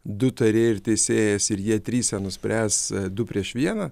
du tarėjai ir teisėjas ir jie trise nuspręs du prieš vieną